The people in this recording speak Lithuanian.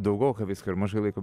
daugoka visko ir mažai laiko